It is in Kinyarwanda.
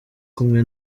kumwe